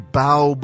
bow